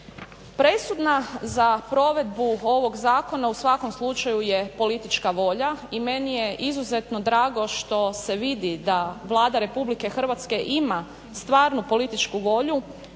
Presudna za provedbu ovog zakona u svakom slučaju je politička volja i meni je izuzetno drago što se vidi da Vlada RH ima stvarno političku volju